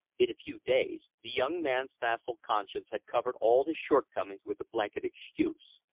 in a few days the young man's facile conscience had covered all his shortcomings with the blanket excuse.